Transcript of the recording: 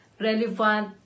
relevant